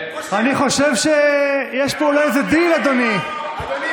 אני חושב שיש פה אולי איזה דיל, אדוני.